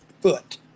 foot